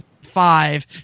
five